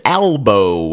elbow